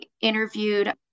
interviewed